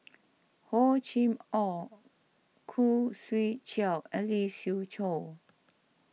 Hor Chim or Khoo Swee Chiow and Lee Siew Choh